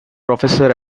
professor